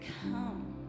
come